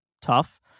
tough